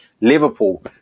Liverpool